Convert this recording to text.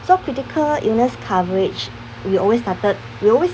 so critical illness coverage we always started we always